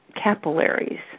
capillaries